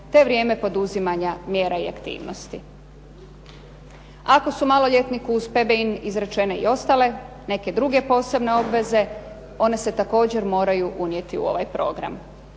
te vrijeme poduzimanja mjera i aktivnosti. Ako su maloljetniku uz PBIN izrečene i ostale neke druge posebne obveze, one se također moraju unijeti u ovaj program.